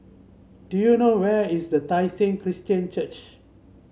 do you know where is the Tai Seng Christian Church